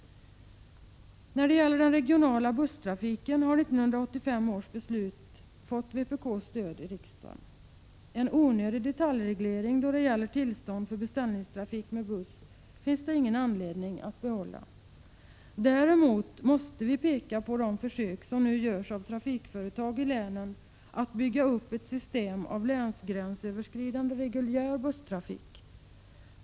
Vad gäller den regionala busstrafiken har 1985 års beslut erhållit vpk:s stöd i riksdagen. En onödig detaljreglering då det gäller tillstånd för beställningstrafik med buss finns ingen anledning att behålla. Däremot måste vi peka på de försök som nu görs av trafikföretag i länen att bygga upp ett system av länsgränsöverskridande reguljär busstrafik.